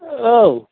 औ